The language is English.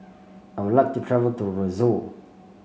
I would like to travel to Roseau